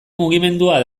mugimendua